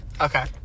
Okay